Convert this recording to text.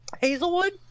hazelwood